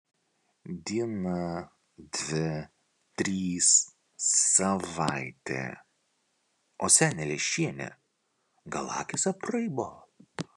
diena dvi trys savaitė o senė leščienė gal akys apraibo